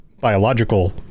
biological